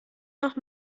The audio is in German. noch